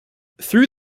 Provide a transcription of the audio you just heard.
through